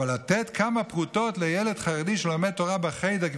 אבל לתת כמה פרוטות לילד חרדי שלומד תורה בחדר,